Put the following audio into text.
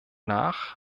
nach